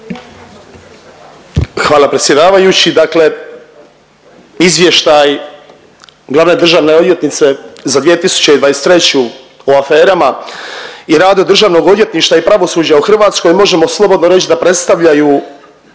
Hvala predsjedavajući, dakle izvještaj glavne državne odvjetnice za 2023. o aferama i rada Državnog odvjetništva i pravosuđa u Hrvatskoj možemo slobodno reći da predstavljaju